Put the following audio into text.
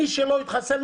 מי שלא התחסן,